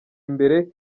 imbere